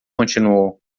continuou